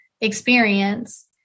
experience